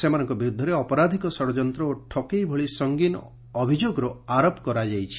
ସେମାନଙ୍କ ବିରୁଦ୍ଧରେ ଅପରାଧିକ ଷଡ଼ଯନ୍ତ ଓ ଠକେଇ ଭଳି ସଂଗୀନ ଅଭିଯୋଗର ଆରୋପ କରାଯାଇଛି